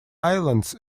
islands